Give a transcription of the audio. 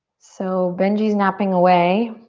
so benji's napping away